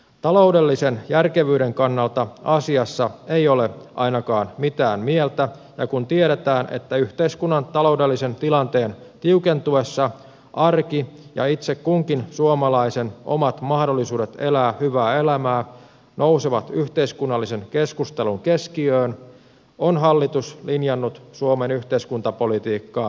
taloudellisen järkevyyden kannalta asiassa ei ole ainakaan mitään mieltä ja kun tiedetään että yhteiskunnan taloudellisen tilanteen tiukentuessa arki ja itse kunkin suomalaisen mahdollisuudet elää hyvää elämää nousevat yhteiskunnallisen keskustelun keskiöön on hallitus linjannut suomen yhteiskuntapolitiikkaa räjähdysalttiiseen suuntaan